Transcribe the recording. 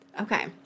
Okay